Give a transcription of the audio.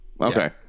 okay